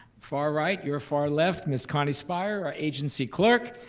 far right, your far left, miss connie sphire, our agency clerk.